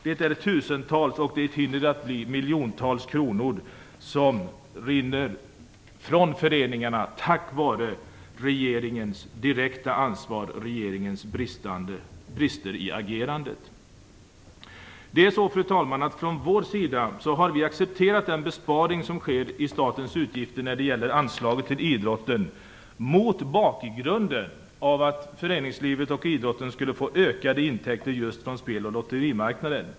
Det är tusentals - och det hinner att bli miljontals - kronor som rinner ifrån föreningarna på grund av regeringens brister i agerandet här. Vi har från vår sida accepterat den besparing som sker i statens utgifter när det gäller anslaget till idrotten, mot bakgrund av att föreningslivet och idrotten skulle få ökade intäkter från just spel och lotterimarknaden.